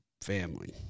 family